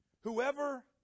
Whoever